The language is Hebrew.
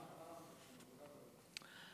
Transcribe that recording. גם אנחנו מבקשים עבודה ורווחה.